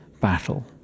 battle